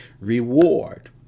reward